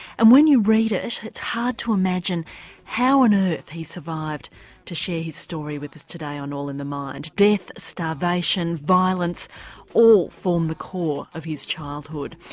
and when you read it it's hard to imagine how on and ah earth he survived to share his story with us today on all in the mind. death, starvation, violence all form the core of his childhood.